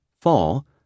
fall